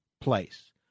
place